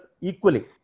equally